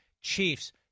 Chiefs